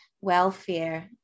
welfare